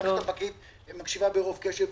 המערכת הבנקאית מקשיבה ברוב קשב,